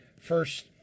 First